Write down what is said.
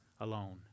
alone